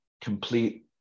complete